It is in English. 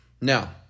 Now